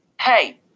Hey